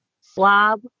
Slob